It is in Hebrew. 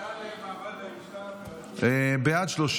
העלאת סכום